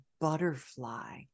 butterfly